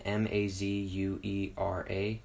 m-a-z-u-e-r-a